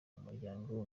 umuryango